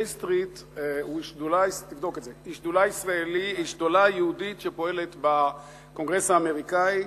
J Street היא שדולה יהודית שפועלת בקונגרס האמריקני.